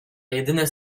jedyne